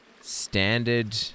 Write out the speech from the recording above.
standard